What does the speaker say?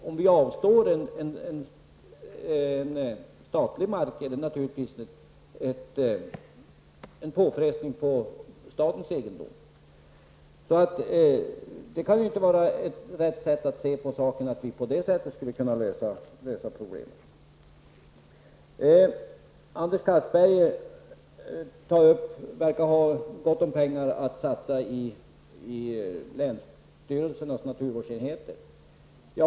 Om vi avstår från statlig mark är det naturligtvis en påfrestning på statens egendom. Det kan ju inte vara rätt sätt att se på saken att säga att vi på detta sätt skulle kunna lösa problemen. Anders Castberger verkar ha gott om pengar att satsa på länsstyrelsernas naturvårdsenheter.